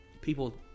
people